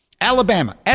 Alabama